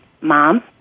mom